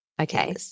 Okay